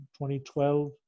2012